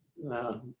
No